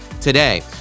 today